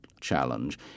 challenge